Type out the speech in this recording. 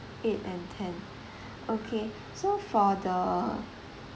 eight and ten okay so for the